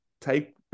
take